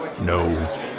no